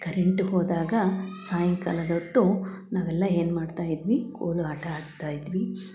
current ಹೋದಾಗ ಸಾಯಂಕಾಲದೊತ್ತು ನಾವೆಲ್ಲ ಏನು ಮಾಡ್ತ ಇದ್ವಿ ಕೋಲು ಆಟ ಆಡ್ತ ಇದ್ವಿ